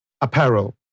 apparel